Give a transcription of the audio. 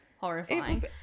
Horrifying